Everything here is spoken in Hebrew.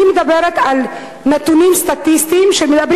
אני מדברת על נתונים סטטיסטיים שמדברים